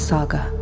Saga